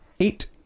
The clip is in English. Eight